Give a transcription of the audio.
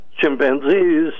chimpanzees